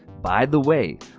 by the way,